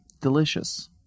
delicious